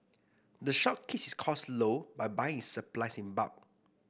the shop keep its costs low by buying its supplies in bulk